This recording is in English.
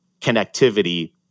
connectivity